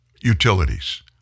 utilities